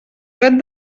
dret